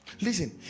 Listen